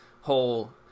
whole